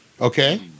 Okay